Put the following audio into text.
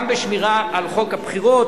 גם בשמירה על חוק הבחירות.